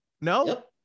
no